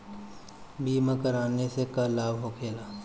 बीमा कराने से का लाभ होखेला?